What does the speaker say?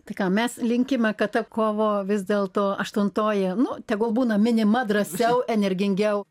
tai ką mes linkime kad ta kovo vis dėlto aštuntoji nu tegul būna minima drąsiau energingiau